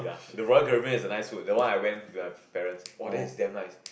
the Royal-Caribbean is a nice food that one I went with my parents !wah! then it's damn nice